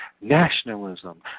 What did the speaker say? nationalism